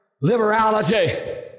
liberality